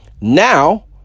Now